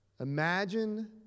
Imagine